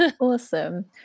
Awesome